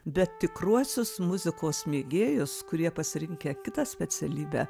bet tikruosius muzikos mėgėjus kurie pasirinkę kitą specialybę